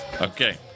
Okay